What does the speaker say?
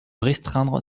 restreindre